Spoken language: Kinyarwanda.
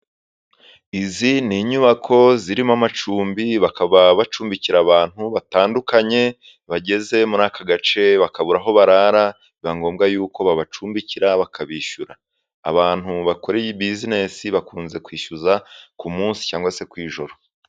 Izi n'inyubako zirimo amacumbi, bakaba bacumbikira abantu batandukanye bageze muri aka gace ,bakabura aho barara biba ngombwa yuko babacumbikira bakabishyura, abantu bakora iyi bizinesi bakunze kwishyuza ku munsi cyangwa se ku iijoro.